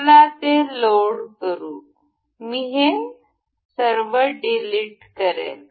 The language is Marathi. चला हे लोड करू मी हे डिलीट करेल